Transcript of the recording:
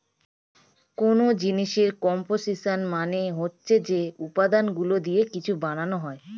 কোন জিনিসের কম্পোসিশন মানে হচ্ছে যে উপাদানগুলো দিয়ে কিছু বানানো হয়